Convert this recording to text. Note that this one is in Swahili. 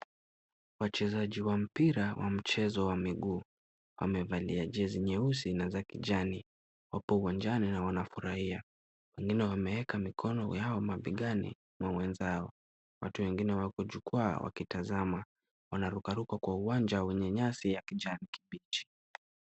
Wachezaji wa mpira wa mchezo wa miguu. Wamevalia jezi nyeusi na za kijani, wapo uwanjani na wanafurahia. Wengine wameeka mikono yao mabegani mwa mwenzao. Watu wengine wako jukwaa wakitazama. Wanaruka ruka kwa uwanja wenye nyasi ya kijani kibichi.